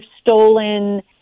stolen